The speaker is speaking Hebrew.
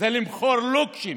זה למכור לוקשים.